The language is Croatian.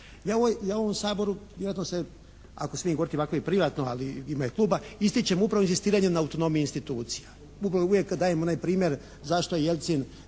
Ja u ovom Saboru vjerojatno se, ako smijem govoriti ovako i privatno ali i u ime Kluba ističem upravo inzistiranje na autonomiji institucija. Upravo uvijek dajem onaj primjer zašto Jeljcin